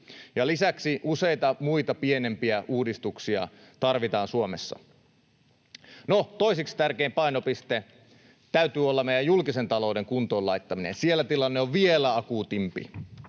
lisäksi useita muita pienempiä uudistuksia tarvitaan Suomessa. No, toiseksi tärkeimmän painopisteen täytyy olla meidän julkisen talouden kuntoon laittaminen. Siellä tilanne on vielä akuutimpi,